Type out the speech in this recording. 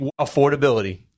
affordability